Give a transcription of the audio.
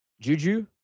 Juju